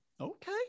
Okay